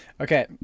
Okay